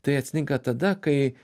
tai atsitinka tada kai